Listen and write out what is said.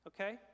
okay